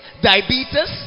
diabetes